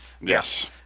yes